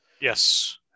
yes